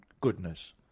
goodness